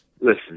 listen